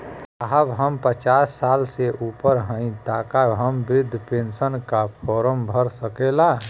साहब हम पचास साल से ऊपर हई ताका हम बृध पेंसन का फोरम भर सकेला?